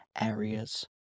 areas